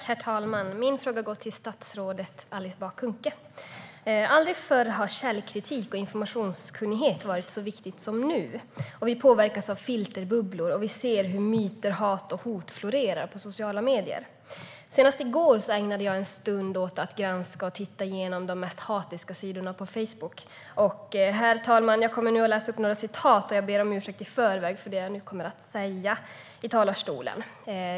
Herr talman! Min fråga går till statsrådet Alice Bah Kuhnke. Aldrig förr har källkritik och informationskunnighet varit så viktiga som nu. Vi påverkas av filterbubblor, och vi ser hur myter, hat och hot florerar i sociala medier. Senast i går ägnade jag en stund åt att granska och titta igenom de mest hatiska sidorna på Facebook. Herr talman! Jag kommer nu att referera en del av det som jag har läst på Facebook, och jag ber om ursäkt i förväg för det som jag nu kommer att säga i talarstolen.